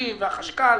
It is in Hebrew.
והחשכ"ל,